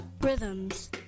Rhythms